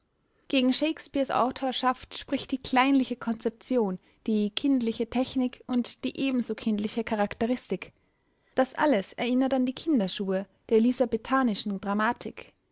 gegen shakespeares autorschaft spricht die kleinliche konzeption die kindliche technik und die ebenso kindliche charakteristik das alles erinnert an die kinderschuhe der elisabethanischen dramatik